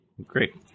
Great